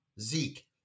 Zeke